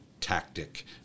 tactic